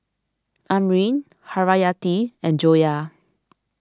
Amrin Haryati and Joyah